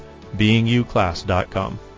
beinguclass.com